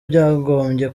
byagombye